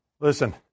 Listen